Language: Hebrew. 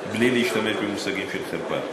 בלי להשתמש במושגים של חרפה.